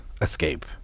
escape